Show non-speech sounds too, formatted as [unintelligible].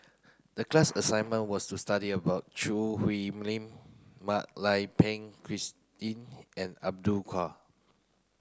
the class assignment was to study about Choo Hwee Lim Mak Lai Peng Christine and [unintelligible]